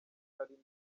arimo